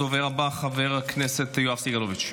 הדובר הבא, חבר הכנסת יואב סגלוביץ'.